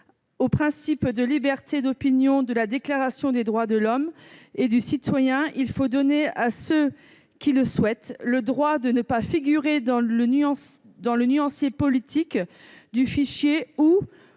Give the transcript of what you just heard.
au principe de liberté d'opinion de la Déclaration des droits de l'homme et du citoyen, il faut donner à ceux qui le souhaitent le droit de ne pas figurer dans le nuancier politique du fichier, ou à